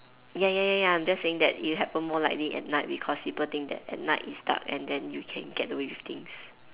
ya ya ya ya I'm just saying that it'll happen more likely at night because people think that at night is dark and then you can get away with things